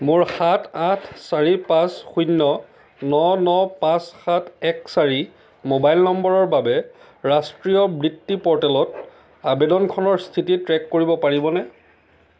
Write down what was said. মোৰ সাত আঁঠ চাৰি পাঁচ শূন্য ন ন পাঁচ সাত এক চাৰি ম'বাইল নম্বৰৰ বাবে ৰাষ্ট্ৰীয় বৃত্তি প'ৰ্টেলত আবেদনখনৰ স্থিতি ট্ৰেক কৰিব পাৰিবনে